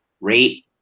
rate